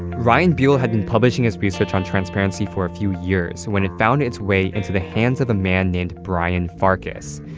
ryan buell had been publishing his research on transparency for a few years when it found its way into the hands of a man named brian farkas.